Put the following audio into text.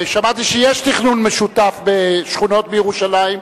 שמעתי שיש תכנון משותף בשכונות בירושלים,